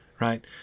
right